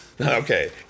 Okay